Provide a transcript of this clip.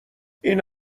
این